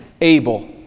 Abel